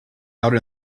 out